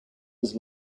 his